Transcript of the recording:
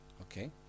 Okay